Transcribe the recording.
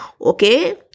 Okay